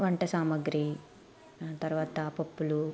వంట సామాగ్రి తర్వాత పప్పులు